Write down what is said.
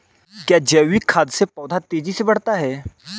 क्या जैविक खाद से पौधा तेजी से बढ़ता है?